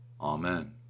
Amen